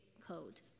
code